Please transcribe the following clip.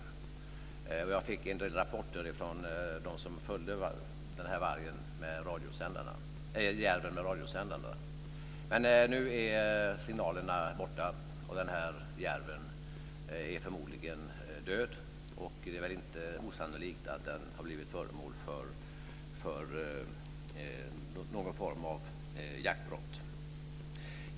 Jag fick en del rapporter från dem som följde järven med radiosändaren. Nu är signalerna borta, och järven är förmodligen död. Det är väl inte osannolikt att den har blivit föremål för någon form av jaktbrott.